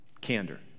candor